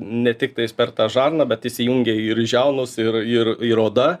ne tiktais per tą žarną bet įsijungia ir žiaunos ir ir ir oda